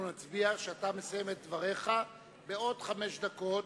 נצביע כשתסיים את דבריך בעוד חמש דקות.